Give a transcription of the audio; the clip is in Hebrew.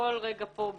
כל רגע פה,